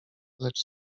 lecz